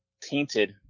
tainted